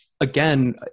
Again